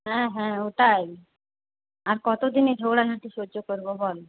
হ্যাঁ হ্যাঁ ওটাই আর কত দিন এ ঝগড়াঝাটি সহ্য করবো বল